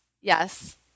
Yes